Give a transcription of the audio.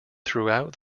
throughout